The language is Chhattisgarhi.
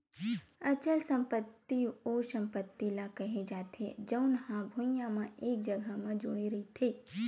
अचल संपत्ति ओ संपत्ति ल केहे जाथे जउन हा भुइँया म एक जघा म जुड़े रहिथे